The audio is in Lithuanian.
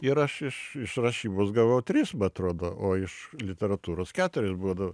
ir aš iš iš rašybos gavau tris ma atrodo o iš literatūros keturis būdavo